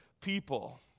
people